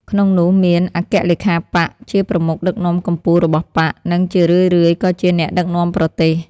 ក្នុងនោះមានអគ្គលេខាបក្ស ជាប្រមុខដឹកនាំកំពូលរបស់បក្ស និងជារឿយៗក៏ជាអ្នកដឹកនាំប្រទេស ។